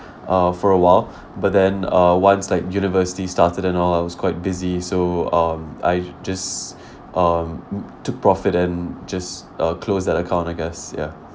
uh for awhile but then uh once like university started and all I was quite busy so um I just um took profit and just uh closed that account I guess ya